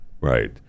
Right